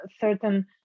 certain